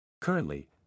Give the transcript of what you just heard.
Currently